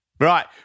Right